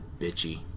bitchy